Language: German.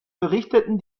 berichteten